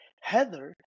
Heather